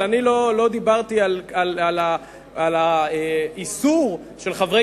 אבל אני לא דיברתי על האיסור של חברי